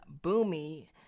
Boomy